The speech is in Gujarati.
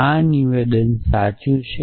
આ નિવેદન સાચું છે